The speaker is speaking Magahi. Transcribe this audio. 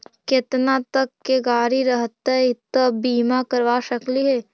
केतना तक के गाड़ी रहतै त बिमा करबा सकली हे?